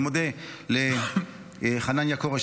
אני מודה לחנניה כורש,